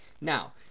Now